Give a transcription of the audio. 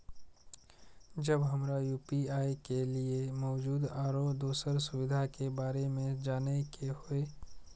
जब हमरा यू.पी.आई के लिये मौजूद आरो दोसर सुविधा के बारे में जाने के होय?